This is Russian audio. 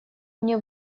мне